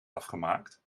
afgemaakt